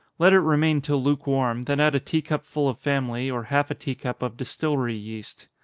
let it remain till lukewarm, then add a tea-cup full of family, or half a tea-cup of distillery yeast.